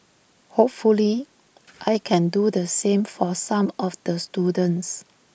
hopefully I can do the same for some of the students